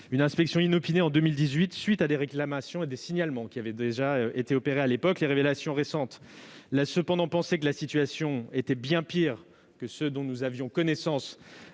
une inspection inopinée en 2018 à la suite de réclamations et de signalements qui avaient déjà été adressés à l'époque. Les révélations récentes laissent cependant penser que la situation était bien pire que ce dont nous avions alors connaissance.